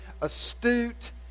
astute